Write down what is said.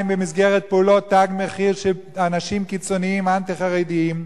במסגרת פעולות "תג מחיר" של אנשים קיצונים אנטי-חרדים,